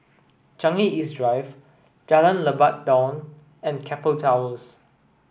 Changi East Drive Jalan Lebat Daun and Keppel Towers